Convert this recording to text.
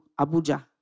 abuja